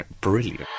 brilliant